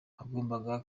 hagombaga